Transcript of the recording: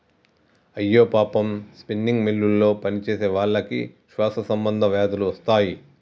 అయ్యో పాపం స్పిన్నింగ్ మిల్లులో పనిచేసేవాళ్ళకి శ్వాస సంబంధ వ్యాధులు వస్తాయి